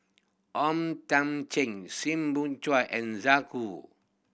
O Thiam Chin Soo Bin Chua and